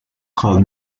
called